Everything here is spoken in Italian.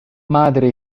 madre